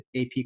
AP